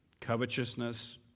covetousness